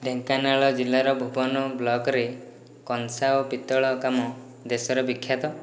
ଢେଙ୍କାନାଳ ଜିଲ୍ଲାର ଭୁବନ ବ୍ଲକରେ କଂସା ଓ ପିତ୍ତଳ କାମ ଦେଶରେ ବିଖ୍ୟାତ